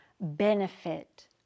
benefit